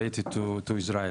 אני הגעתי לישראל